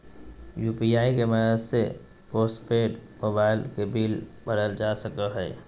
UPI के मदद से पोस्टपेड मोबाइल के बिल भरल जा सको हय